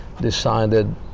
decided